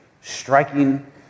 striking